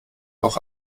auch